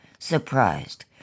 surprised